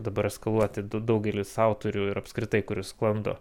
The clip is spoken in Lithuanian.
dabar eskaluoti daugelis autorių ir apskritai kuris sklando